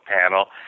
panel